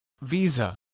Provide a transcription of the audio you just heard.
Visa